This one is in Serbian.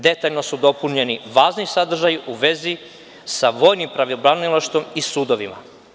Detaljno su dopunjeni važni sadržaji u vezi sa vojnim pravobranilaštvom i sudovima.